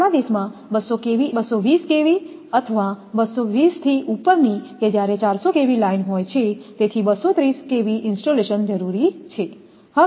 આપણા દેશમાં 220 kV અથવા 220 થી ઉપરની કે જ્યારે 400 kV લાઇન હોય છે તેથી 230 kV ઇન્સ્ટોલેશન જરૂરી છે